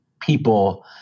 people